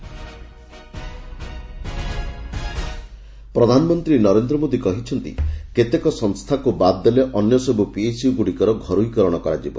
PM ପ୍ରଧାନମନ୍ତ୍ରୀ ନରେନ୍ଦ୍ର ମୋଦୀ କହିଛନ୍ତି କେତେକ ସଂସ୍ଥାକୁ ବାଦ୍ ଦେଲେ ଅନ୍ୟସବୁ ପିଏସ୍ୟୁ ଗୁଡ଼ିକର ଘରୋଇ କରଣ କରାଯିବ